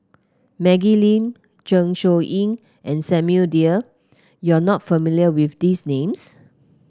Maggie Lim Zeng Shouyin and Samuel Dyer you are not familiar with these names